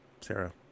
Sarah